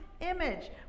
image